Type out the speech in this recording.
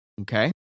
Okay